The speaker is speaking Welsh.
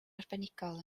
arbenigol